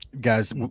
Guys